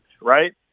right